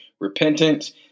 repentance